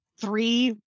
three